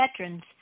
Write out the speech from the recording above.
veterans